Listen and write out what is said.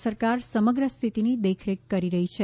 કેન્દ્ર સરકાર સમગ્ર સ્થિતીની દેખરેખ કરી રહી છે